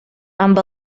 amb